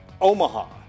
Omaha